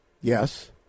Yes